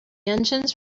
engines